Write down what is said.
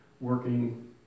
working